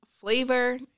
flavor